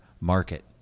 market